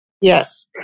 Yes